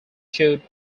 should